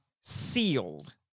Sealed